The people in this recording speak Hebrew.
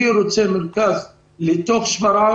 אני רוצה מרכז בתוך שפרעם.